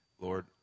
Lord